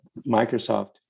Microsoft